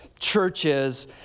churches